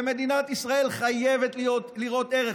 ומדינת ישראל חייבת לראות בו ערך.